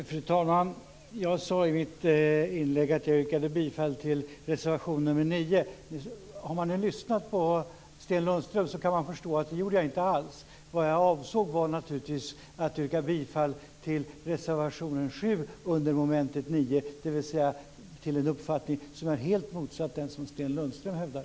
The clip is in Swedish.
Fru talman! I mitt anförande tidigare här yrkade jag bifall till reservation 9. Men efter att ha lyssnat på Sten Lundström kan man förstå att jag inte alls gjorde det. Vad jag avsåg att yrka bifall till var naturligtvis reservation 7 under mom. 9 - dvs. en uppfattning som är raka motsatsen till den som Sten Lundström hävdar.